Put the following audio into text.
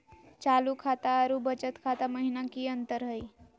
चालू खाता अरू बचत खाता महिना की अंतर हई?